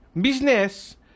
business